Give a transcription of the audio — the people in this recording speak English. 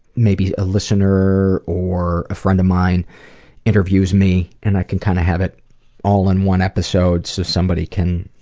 maybe a listener or a friend of mind interviews me and i can kind of have it all in one episode so somebody can,